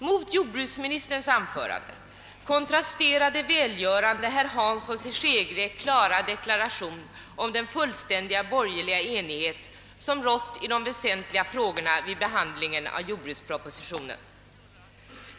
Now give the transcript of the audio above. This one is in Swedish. Mot jordbruksministerns anförande kontrasterade välgörande herr Hanssons i Skegrie klara deklaration om den fullständiga borgerliga enighet som rått i de väsentliga frågorna vid behandlingen av jordbrukspropositionen.